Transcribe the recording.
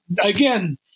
Again